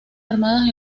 armadas